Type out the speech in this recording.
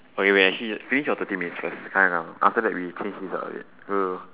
okay wait actually finish your thirty minutes first right now after that we change it up a bit